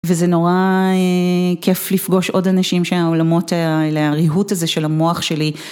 וזה נורא כיף לפגוש עוד אנשים שהעולמות האלה, הריהוט הזה של המוח שלי.